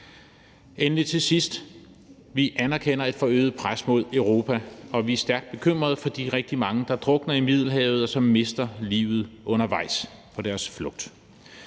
sige, at vi anerkender, at der er et forøget pres mod Europa, og vi er stærkt bekymrede for de rigtig mange, der drukner i Middelhavet, de mange, som mister livet undervejs på deres flugt.